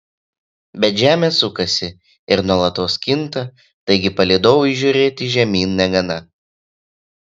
bet žemė sukasi ir nuolatos kinta taigi palydovui žiūrėti žemyn negana